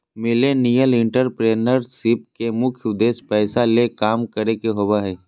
millennial entrepreneurship के मुख्य उद्देश्य पैसा ले काम करे के होबो हय